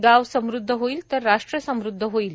गाव समृद्ध होईल तर राष्ट्र समृद्ध होईल